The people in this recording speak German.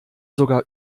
sogar